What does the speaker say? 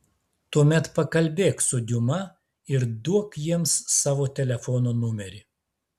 tuomet pakalbėk su diuma ir duok jiems savo telefono numerį